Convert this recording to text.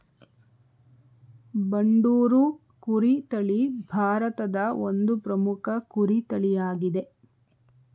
ಬಂಡೂರು ಕುರಿ ತಳಿ ಭಾರತದ ಒಂದು ಪ್ರಮುಖ ಕುರಿ ತಳಿಯಾಗಿದೆ